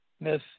Miss